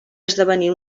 esdevenir